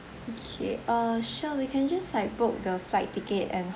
okay uh sure we can just like book the flight ticket and